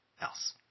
else